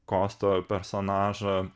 kosto personažą